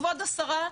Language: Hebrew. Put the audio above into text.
וכבוד השרה,